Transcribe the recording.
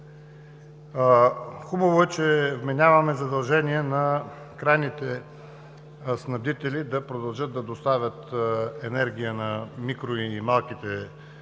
Хубаво е, че вменяваме задължения на крайните снабдители да продължат да доставят енергия на микро- и малките потребители.